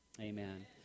Amen